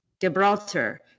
Gibraltar